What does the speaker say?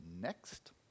next